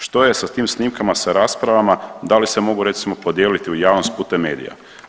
Što je sa tim snimkama sa raspravama, da li se mogu recimo podijeliti u javnost putem medija?